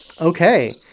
Okay